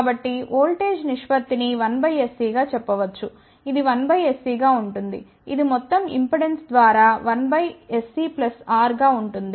కాబట్టి ఓల్టేజ్ నిష్పత్తిని 1 sC గా చెప్పవచ్చు ఇది 1 sC గా ఉంటుంది ఇది మొత్తం ఇంపెడెన్స్ ద్వారా 1 sC R గా ఉంటుంది